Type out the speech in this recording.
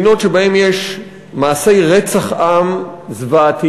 מדינות שבהן יש מעשי רצח עם זוועתיים,